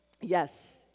Yes